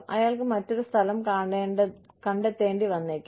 അയാൾക്ക് മറ്റൊരു സ്ഥലം കണ്ടെത്തേണ്ടി വന്നേക്കാം